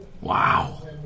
Wow